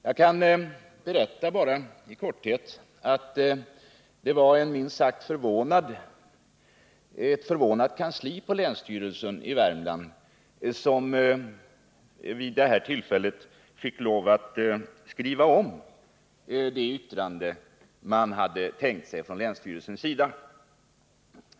Jag kan i korthet berätta att det var ett minst sagt förvånat kansli på länsstyrelsen som vid detta tillfälle fick lov att skriva om det yttrande som man hade tänkt sig från länsstyrelsens sida.